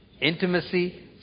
intimacy